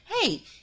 hey